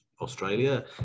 Australia